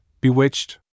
bewitched